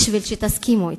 בשביל שתסכימו אתי.